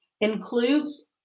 includes